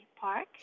park